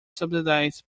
subsidized